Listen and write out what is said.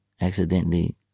accidentally